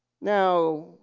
Now